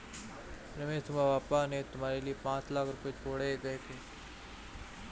रमेश तुम्हारे पापा ने तुम्हारे लिए पांच लाख रुपए छोड़े गए थे